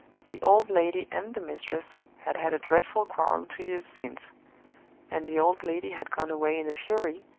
the old lady and the mistress had had a dreadful quarrel two years since and the old lady had gone away in a fury,